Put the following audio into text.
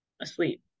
asleep